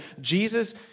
Jesus